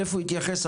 הוא יתייחס.